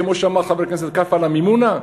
כמו שאמר חבר הכנסת קלפה, על המימונה?